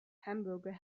hamburger